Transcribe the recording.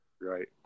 Right